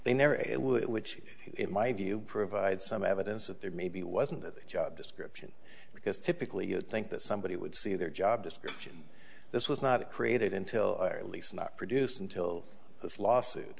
would which in my view provide some evidence that there may be wasn't that the job description because typically you'd think that somebody would see their job description this was not created until at least not produced until this lawsuit